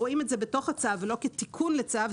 כשרואים את זה בתוך הצו ולא כתיקון לצו,